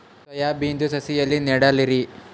Soya ಬಿನದು ಸಸಿ ಎಲ್ಲಿ ನೆಡಲಿರಿ?